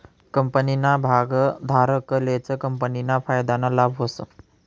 कंपनीना भागधारकलेच कंपनीना फायदाना लाभ व्हस